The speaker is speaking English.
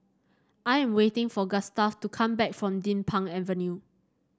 I am waiting for Gustaf to come back from Din Pang Avenue